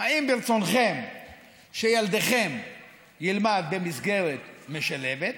אם ברצונכם שילדכם ילמד במסגרת משלבת,